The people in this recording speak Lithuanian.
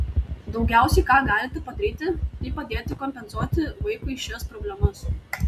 daugiausiai ką galite padaryti tai padėti kompensuoti vaikui šias problemas